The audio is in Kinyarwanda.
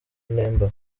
nemba